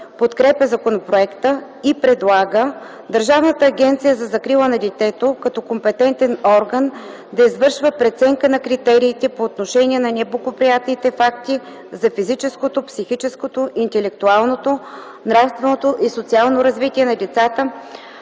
подкрепя законопроекта и предлага Държавната агенция за закрила на детето като компетентен орган да извършва преценка на критериите по отношение на неблагоприятните факти за физическото, психическото, интелектуалното, нравственото и социално развитие на децата,